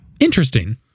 Interesting